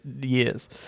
years